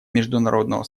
международного